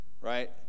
Right